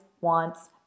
wants